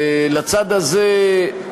ולצד הזה,